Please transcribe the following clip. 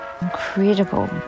incredible